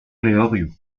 levrioù